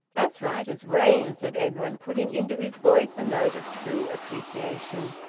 as right as rain, said edwin, putting into his voice a note of true appreciation.